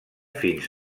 fins